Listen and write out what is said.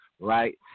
right